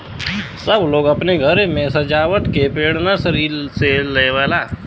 सब लोग अपने घरे मे सजावत के पेड़ नर्सरी से लेवला